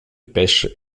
pêches